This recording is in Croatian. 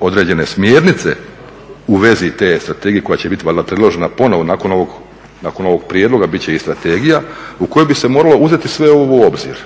određene smjernice u vezi te strategije koja će biti valjda predložena ponovno nakon ovog prijedloga bit će i strategija u kojoj bi se moralo uzeti sve ovo u obzir.